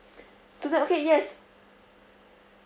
student okay yes